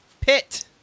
Pit